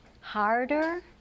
harder